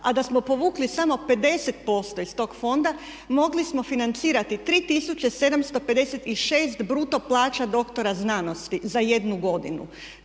a da smo povukli samo 50% iz tog fonda mogli smo financirati 3756 bruto plaća doktora znanosti za jednu godinu.